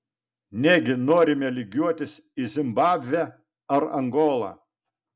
negi norime lygiuotis į zimbabvę ar angolą